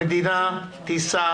המדינה תישא